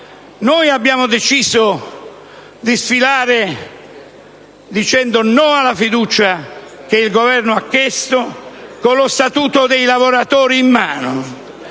Noi abbiamo deciso di sfilare, dicendo no alla fiducia che il Governo ha chiesto, con lo Statuto dei lavoratori in mano.